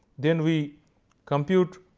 then we compute,